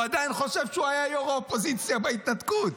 הוא עדיין חושב שהוא היה ראש האופוזיציה בהתנתקות.